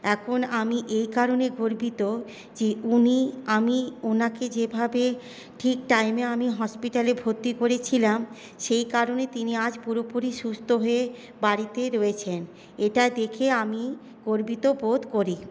এখন আমি এই কারণে গর্বিত যে উনি আমি ওনাকে যেভাবে ঠিক টাইমে আমি হসপিটালে ভর্তি করেছিলাম সেই কারণে তিনি আজ পুরোপুরি সুস্থ হয়ে বাড়িতেই রয়েছেন এটা দেখে আমি গর্বিত বোধ করি